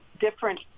different